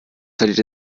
verliert